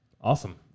Awesome